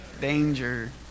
Danger